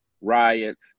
riots